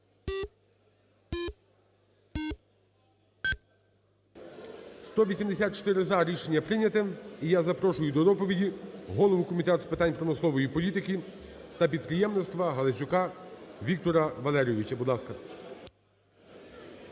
184 – за. Рішення прийняте. І я запрошую до доповіді голову Комітету з питань промислової політики та підприємництва Галасюка Віктора Валерійовича,